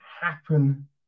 happen